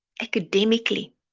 academically